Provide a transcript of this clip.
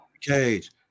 Cage